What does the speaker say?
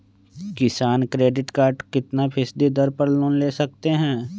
किसान credit card कितना फीसदी दर पर लोन ले सकते हैं?